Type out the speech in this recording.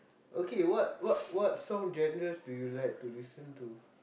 okay what what what song genres do you like to listen to